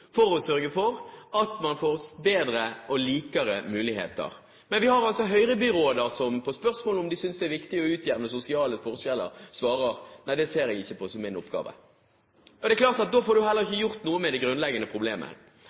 for å sørge for at man får bedre og mer like muligheter! Men vi har altså høyrebyråder som, på spørsmålet om de synes det er viktig å utjevne sosiale forskjeller, svarer: Nei, det ser jeg ikke på som min oppgave. Det er klart at da får man heller ikke gjort noe med det grunnleggende problemet.